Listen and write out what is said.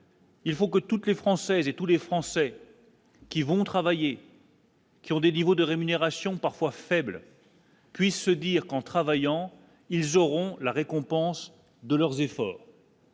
Il faut que toutes les Françaises et tous les Français qui vont travailler. Qui ont des niveaux de rémunération parfois faibles. Puis, se dire qu'en travaillant, ils auront la récompense de leurs efforts.